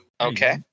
Okay